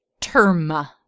Terma